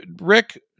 Rick